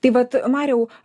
tai vat mariau